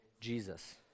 Jesus